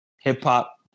hip-hop